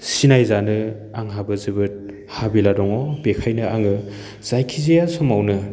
सिनायजानो आंहाबो जोबोद हाबिला दङ बेखायो आङो जायखि जाया समावनो